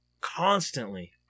constantly